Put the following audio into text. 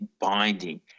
binding